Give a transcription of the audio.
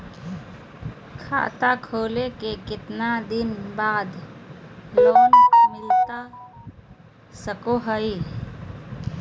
खाता खोले के कितना दिन बाद लोन मिलता सको है?